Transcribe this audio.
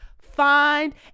find